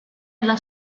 nella